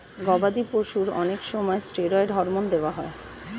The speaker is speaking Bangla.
গবাদি পশুর অনেক সময় স্টেরয়েড হরমোন দেওয়া হয়